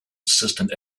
assistant